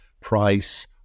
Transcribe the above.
price